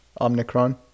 Omnicron